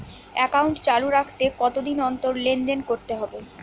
Account চালু রাখতে কতদিন অন্তর লেনদেন করতে হবে?